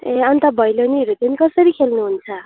ए अन्त भैलेनीहरू चाहिँ कसरी खेल्नुहुन्छ